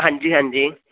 ਹਾਂਜੀ ਹਾਂਜੀ